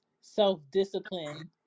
self-discipline